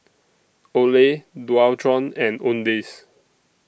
Olay Dualtron and Owndays